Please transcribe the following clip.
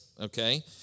Okay